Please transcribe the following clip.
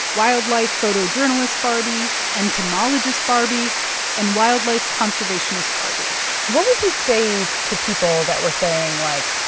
wildlife photojournalist barbie, entomologist barbie and wildlife conservationist barbie what would you say to people that were saying, like,